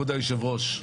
כבוד היושב-ראש,